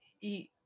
eat